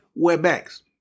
WebEx